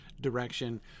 direction